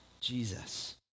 Jesus